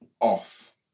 off